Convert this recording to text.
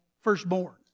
firstborn